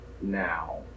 now